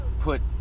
put